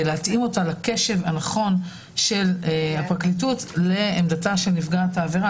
להתאים אותה לקשב הנכון של הפרקליטות לעמדת נפגעת העבירה.